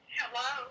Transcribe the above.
Hello